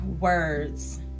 words